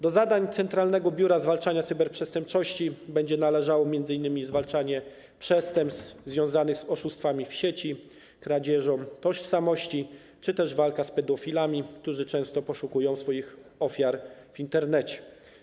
Do zadań Centralnego Biura Zwalczania Cyberprzestępczości będzie należeć m.in. zwalczanie przestępstw związanych z oszustwami w sieci, kradzieżą tożsamości czy też walka z pedofilami, którzy często poszukują swoich ofiar w Intrenecie.